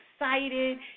excited